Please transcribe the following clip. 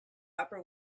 upper